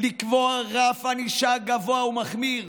לקבוע רף ענישה גבוה ומחמיר